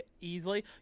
easily